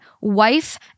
wife